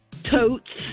Totes